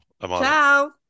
Ciao